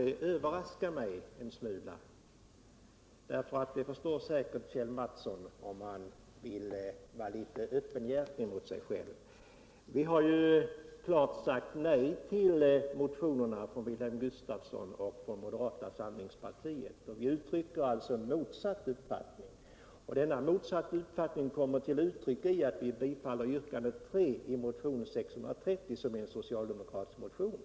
Det överraskar mig en smula därför att det förstår säkert Kjell Mattsson om han vill vara lite öppenhjärtig mot sig själv. Vi har ju för det första klart sagt nej till motionerna från Wilhelm Gustafsson och moderata samlingspartiet. Vi har alltså en motsatt uppfattning som kommer till uttryck i att vi tillstyrker yrkandet nr 3 i motionen 630, som är en socialdemokratisk motion.